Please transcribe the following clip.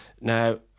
now